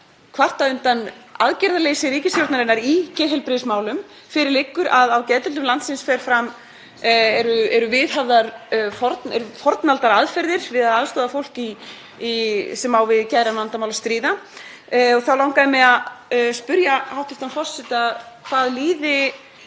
kvarta undan aðgerðaleysi ríkisstjórnarinnar í geðheilbrigðismálum. Fyrir liggur að á geðdeildum landsins eru viðhafðar fornaldaraðferðir við að aðstoða fólk sem á við geðræn vandamál að stríða. Þá langaði mig að spyrja hæstv. forseta hvað líði